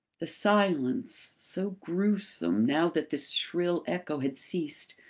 the silence, so gruesome, now that this shrill echo had ceased,